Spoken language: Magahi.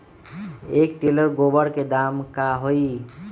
एक टेलर गोबर के दाम का होई?